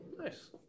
nice